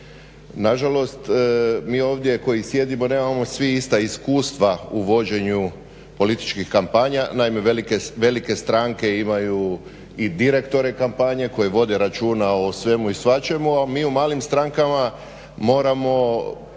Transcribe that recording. Nažalost, mi ovdje koji sjedimo nemamo svi ista iskustva u vođenju političkih kampanja, naime velike stranke imaju i direktore kampanje koji vode računa o svemu i svačemu, a mi u malim strankama moramo početi